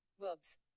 Verbs